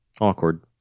Awkward